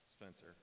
Spencer